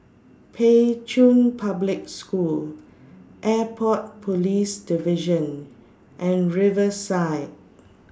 Pei Chun Public School Airport Police Division and Riverside